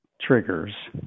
triggers